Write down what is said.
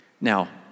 Now